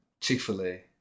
chick-fil-a